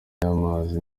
yamamaza